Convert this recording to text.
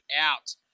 out